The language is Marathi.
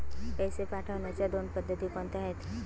पैसे पाठवण्याच्या दोन पद्धती कोणत्या आहेत?